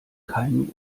keimen